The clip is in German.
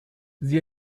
sie